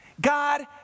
God